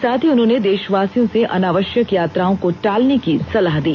साथ ही उन्होंने देशवासियों से अनावश्यक यात्राओं को टालने की सलाह दी